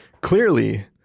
Clearly